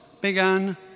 began